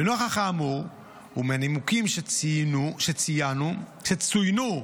לנוכח האמור ומהנימוקים שצוינו,